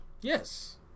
Yes